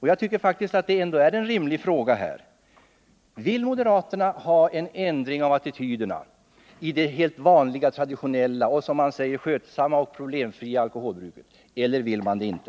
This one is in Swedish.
Jag tycker att det är rimligt att fråga: Vill moderaterna ha en ändring av attityderna gentemot det vanliga, traditionella och som man säger skötsamma och problemfria alkoholbruket eller vill man det inte?